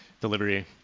delivery